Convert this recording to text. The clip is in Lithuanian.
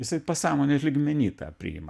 jisai pasąmonės lygmeny tą priima